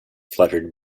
fluttered